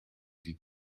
die